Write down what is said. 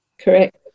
Correct